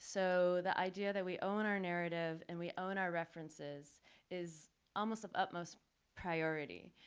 so the idea that we own our narrative and we own our references is almost of utmost priority,